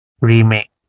remake